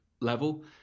level